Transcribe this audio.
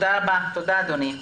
תודה, אדוני.